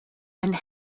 and